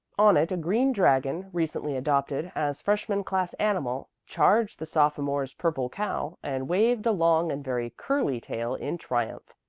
on it a green dragon, recently adopted as freshman class animal, charged the sophomores' purple cow and waved a long and very curly tail in triumph.